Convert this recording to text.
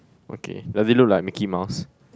okay does it look like a Mickey-Mouse